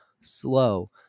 slow